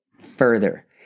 further